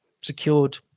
secured